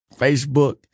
Facebook